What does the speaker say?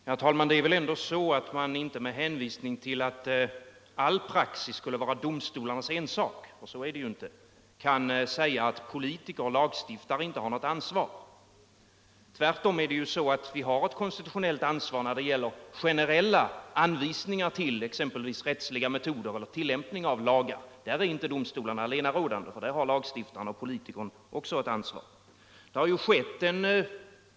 Herr talman! Man kan väl inte med hänvisning till att all praxis skulle vara domstolarnas ensak — för så är det ju inte — säga att politiker och lagstiftare inte har något ansvar. Tvärtom har vi ett konstitutionellt ansvar när det gäller generella anvisningar beträffande exempelvis rättsliga metoder eller uilklimpning av lagar. Där är inte domstolarna allenarådande, utan lagstiltarna och politikerna har också e ansvar.